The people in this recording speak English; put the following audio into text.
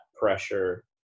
pressure